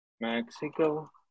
Mexico